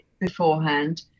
beforehand